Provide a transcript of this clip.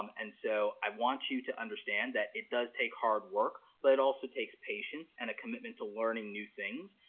um and so i want you to understand that it does take hard work, but it also takes patience, and a commitment to learning new things,